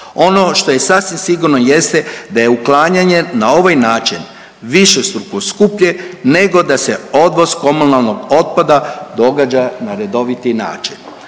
Ono što je sasvim sigurno jeste da je uklanjanje na ovaj način višestruko skuplje, nego da se odvoz komunalnog otpada događa na redoviti način.